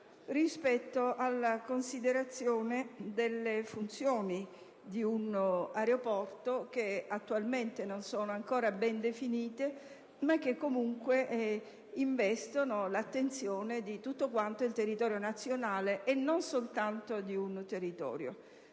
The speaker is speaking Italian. rispetto alla considerazione delle funzioni di un aeroporto che attualmente non sono ancora ben definite, ma comunque investono l'attenzione di tutto il territorio nazionale, e non soltanto di un territorio.